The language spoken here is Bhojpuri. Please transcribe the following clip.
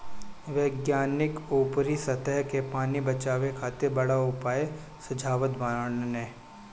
वैज्ञानिक ऊपरी सतह के पानी बचावे खातिर बड़ा उपाय सुझावत बाड़न